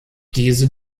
diese